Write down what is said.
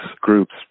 groups